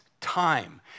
time